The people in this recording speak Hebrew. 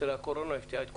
הקורונה הפתיעה את כולם.